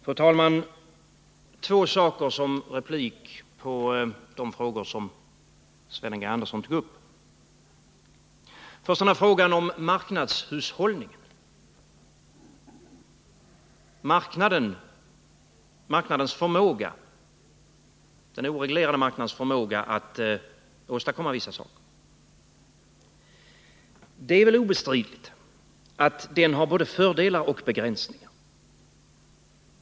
Fru talman! Två saker som replik på de frågor som Sven G. Andersson tog upp. När det gäller frågan om den oreglerade marknadens förmåga att åstadkomma vissa saker, är det obestridligt att en sådan marknad har både fördelar och begränsningar.